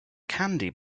candy